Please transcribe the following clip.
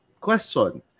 question